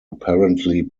apparently